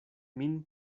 min